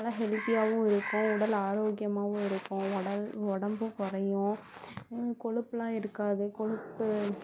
நல்லா ஹெல்தியாகவும் இருக்கும் உடல் ஆரோக்கியமாகவும் இருக்கும் உடல் உடம்பும் குறையும் கொழுப்புலாம் இருக்காது கொழுப்பு